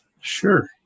Sure